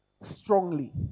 Strongly